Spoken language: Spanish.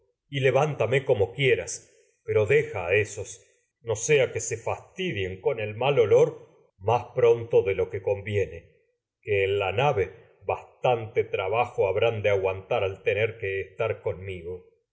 y levántame se como quieras pero deja a ésos no sea que fastidien en con el mal olor más bastante pronto de lo que conviene que la nave trabajo habrán de aguantar al tener que estar conmigo